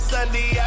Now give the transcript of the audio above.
Sunday